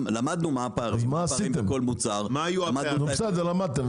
למדנו מה הפערים בכל מוצר --- נו בסדר, למדתם.